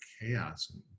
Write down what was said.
chaos